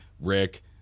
Rick